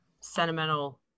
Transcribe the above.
sentimental